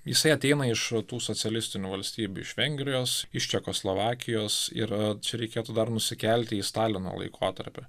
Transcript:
jisai ateina iš tų socialistinių valstybių iš vengrijos iš čekoslovakijos ir čia reikėtų dar nusikelti į stalino laikotarpį